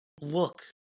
look